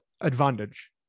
advantage